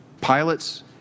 pilots